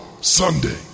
Sunday